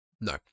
No